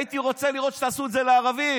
הייתי רוצה לראות שתעשו את זה לערבים.